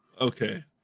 Okay